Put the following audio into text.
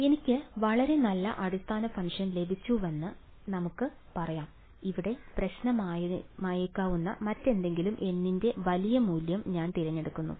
അതിനാൽ എനിക്ക് വളരെ നല്ല അടിസ്ഥാന ഫംഗ്ഷൻ ലഭിച്ചുവെന്ന് നമുക്ക് പറയാം ഇവിടെ പ്രശ്നമായേക്കാവുന്ന മറ്റെന്തെങ്കിലും N ന്റെ വലിയ മൂല്യം ഞാൻ തിരഞ്ഞെടുത്തു